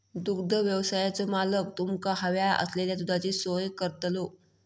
दुग्धव्यवसायाचो मालक तुमका हव्या असलेल्या दुधाची सोय करतलो